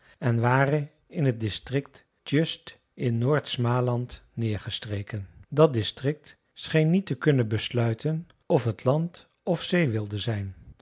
en waren in het district tjust in noord smaland neergestreken dat district scheen niet te kunnen besluiten of het land of zee wilde zijn